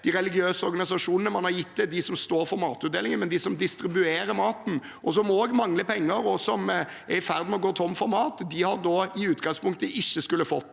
til religiøse organisasjoner, og man har gitt til dem som står for matutdelingen, men de som distribuerer maten, og som mangler penger og er i ferd med å gå tom for mat, har i utgangspunktet ikke skullet få